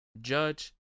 judge